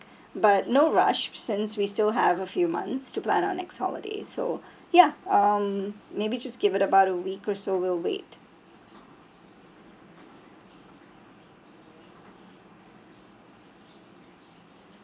but no rush since we still have a few months to plan our next holiday so ya um maybe just give it about a week or so we'll wait